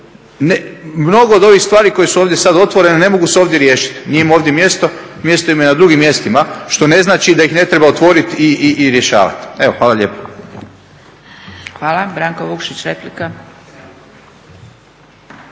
mnoge od ovih stvari koje su ovdje sada otvorene ne mogu se ovdje riješiti, nije im ovdje mjesto. Mjesto im je na drugim mjestima što ne znači da ih ne treba otvoriti i rješavati. Hvala lijepo. **Zgrebec, Dragica